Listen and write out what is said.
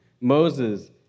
Moses